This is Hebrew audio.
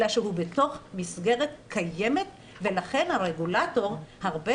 אלא שהוא בתוך מסגרת קיימת ולכן הרגולטור הרבה